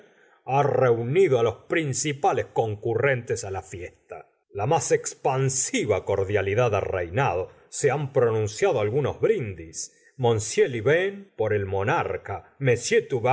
ha reunido ls principales concurrentes la fiesta la más expansiva cordialidad ha reinado se han pronunciado algunos brindis m lienvain por el monarca m